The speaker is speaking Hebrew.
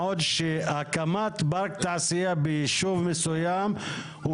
מה עוד שהקמת פארק תעשייה ביישוב מסוים הוא